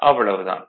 அவ்வளவு தான்